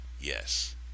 Yes